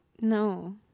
No